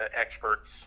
experts